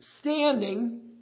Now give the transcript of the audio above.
standing